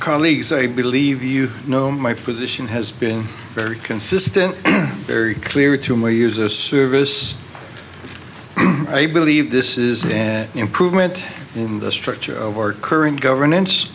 colleagues a believe you know my position has been very consistent and very clear to me is a service i believe this is an improvement in the structure of our current governance